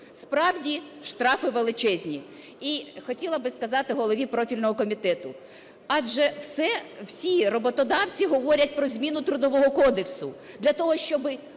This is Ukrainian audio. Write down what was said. Справді, штрафи величезні, і хотіла би сказати голові профільного комітету, адже всі роботодавці говорять про зміну Трудового кодексу для того, щоб